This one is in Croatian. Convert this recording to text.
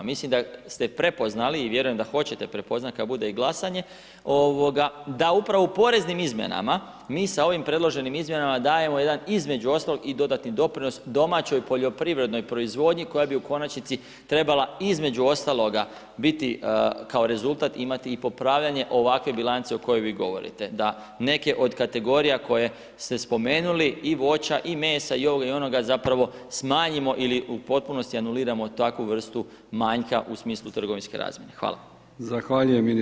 Misli da ste prepoznali i vjerujem da hoćete prepoznati kada bude glasanje, da upravo u poreznim izmjenama mi sa ovim predloženim izmjenama dajemo jedan, između ostalog i dodatni doprinos domaćoj poljoprivrednoj proizvodnji koja bi u konačnici trebala između ostaloga biti kao rezultat imati i popravljanje ovakve bilance o kojoj vi govorite, da neke od kategorija, koje ste spomenuli i voća i ovoga i onoga, zapravo smanjimo ili u potpunosti alumiramo takvu vrstu manjka u smislu trgovinske razmjene.